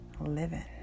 living